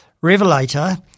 revelator